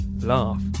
laugh